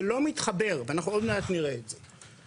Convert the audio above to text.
זה לא מתחבר ואנחנו עוד מעט נראה את זה.